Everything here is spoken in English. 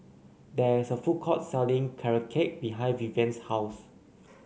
there is a food court selling Carrot Cake behind Vivian's house